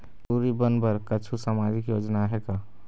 टूरी बन बर कछु सामाजिक योजना आहे का?